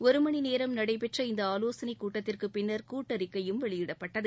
ஒருமணிநேரம் நடைபெற்ற இந்த ஆலோசனைக் கூட்டத்திற்குப் பிள்ளர் கூட்டறிக்கையும் வெளியிடப்பட்டது